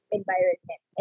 environment